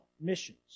missions